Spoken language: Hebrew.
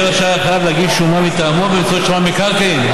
יהיה החייב רשאי להגיש שומה מטעמו באמצעות שמאי מקרקעין.